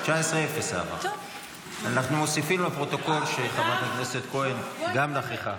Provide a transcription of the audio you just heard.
19:0. אנחנו מוסיפים לפרוטוקול שגם חברת הכנסת כהן נכחה.